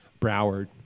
Broward